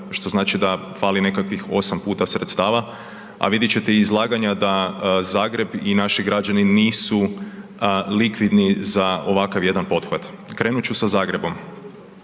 što znači da fali nekakvih 8 puta sredstava, a vidjet ćete i iz izlaganja da Zagreb i naši građani nisu likvidni za ovakav jedan pothvat. Krenut ću sa Zagrebom,